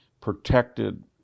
protected